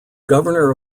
governor